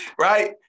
right